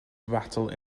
rattle